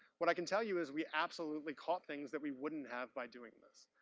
what i can tell you is we absolutely caught things that we wouldn't have by doing this.